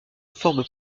forme